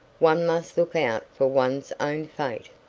one must look out for one's own fate.